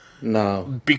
No